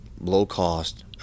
low-cost